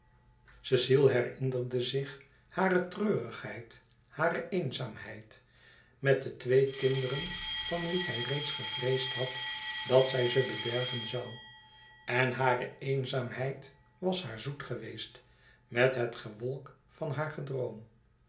cecile herinnerde zich hare treurigheid hare eenzaamheid met de twee kinderen van wie hij reeds gevreesd had dat zij ze bederven zoû en hare eenzaamheid was haar zoet geweest met het gewolk van haar gedroom